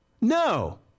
No